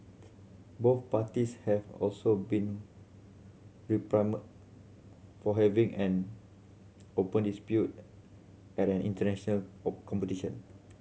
both parties have also been for having an open dispute at an international competition